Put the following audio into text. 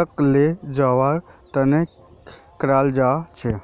तक ले जवार तने कियाल जा छे